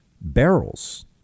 barrels